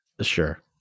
Sure